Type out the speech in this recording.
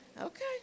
Okay